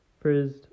first